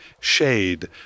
Shade